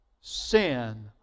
sin